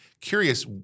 Curious